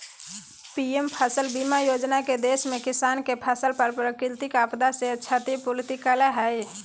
PM फसल बीमा योजना के देश में किसान के फसल पर प्राकृतिक आपदा से क्षति पूर्ति करय हई